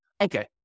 Okay